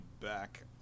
back